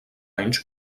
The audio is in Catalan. anys